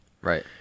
Right